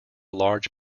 large